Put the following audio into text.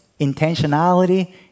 intentionality